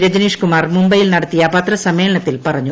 ്രജനീഷ് കുമാർ മുംബൈയിൽ നടത്തിയ പത്രസമ്മേളനുത്തിൽ ്പറഞ്ഞു